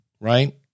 Right